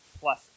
plus